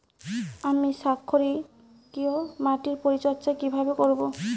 আমি ক্ষারকীয় মাটির পরিচর্যা কিভাবে করব?